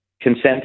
consent